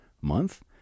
month